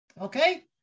Okay